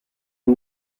con